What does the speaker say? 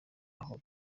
aho